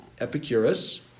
Epicurus